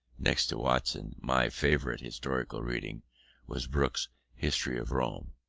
next to watson, my favourite historical reading was hooke's history of rome.